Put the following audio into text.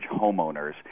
homeowners